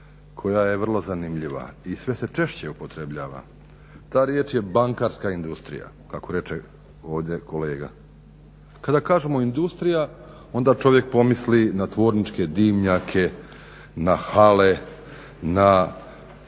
koja je vrlo zanimljiva i sve se češće upotrebljava. Ta riječ je bankarska industrija kako reče ovdje kolega. Kada kažemo industrija onda čovjek pomisli na tvorničke dimnjake, na hale, na